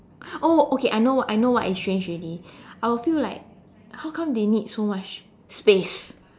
oh okay I know what I know what is strange already I will feel like how come they need so much space